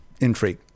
intrigue